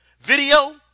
video